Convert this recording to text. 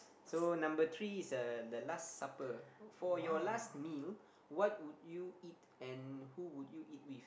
so number three is a the last supper for your last meal what would you eat and who would you eat with